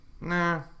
Nah